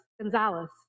Gonzalez